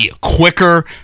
Quicker